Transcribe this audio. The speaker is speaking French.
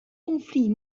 conflit